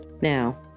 Now